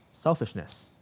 selfishness